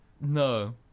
No